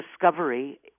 discovery